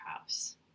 house